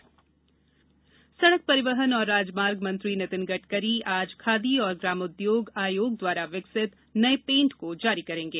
Gadkari khadi paint सड़क परिवहन और राजमार्ग मंत्री नितिन गड़करी आज खादी और ग्रामोद्योग आयोग द्वारा विकसित नये पेंट को जारी करेंगे